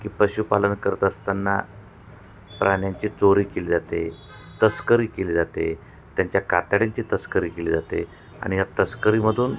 की पशुपालन करत असताना प्रण्यांची चोरी केली जाते तस्करी केली जाते त्यांच्या कातड्यांची तस्करी केली जाते आणि या तस्करीमधून